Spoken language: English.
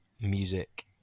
music